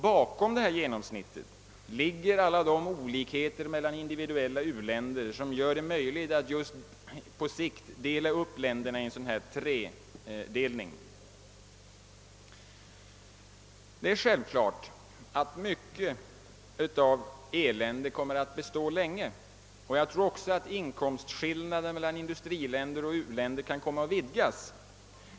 Bakom detta genomsnitt ligger alla de olikheter mellan u-länderna som gör det möjligt att dela upp dem i dessa tre grupper. Mycket elände kommer att bestå länge, och jag tror att också inkomstskillnaderna mellan industriländer och u-länder kan komma att vidgas.